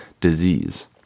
disease